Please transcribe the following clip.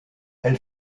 elle